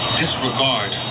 disregard